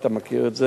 ואתה מכיר את זה.